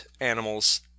animals